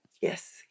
Yes